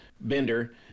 Bender